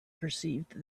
perceived